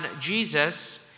Jesus